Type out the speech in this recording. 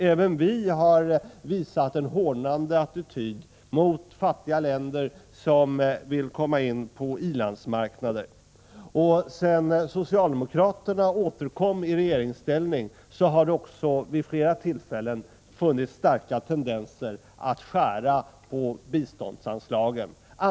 Även vi har visat en hårdnande attityd mot fattiga länder som vill komma in på i-landsmarknader. Sedan socialdemokraterna återkom i regeringsställning har det också vid flera tillfällen funnits starka tendenser att skära ned biståndsanslagen.